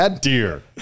Dear